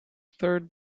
third